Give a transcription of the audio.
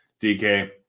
DK